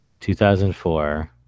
2004